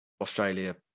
Australia